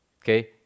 okay